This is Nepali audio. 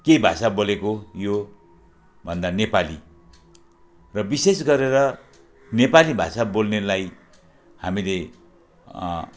के भाषा बोलेको हो यो भन्दा नेपाली र विशेष गरेर नेपाली भाषा बोल्नेलाई हामीले